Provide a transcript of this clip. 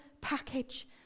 package